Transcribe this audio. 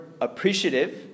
appreciative